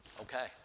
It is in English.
okay